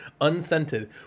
unscented